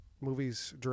movie's